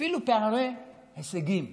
אפילו פערי הישגים,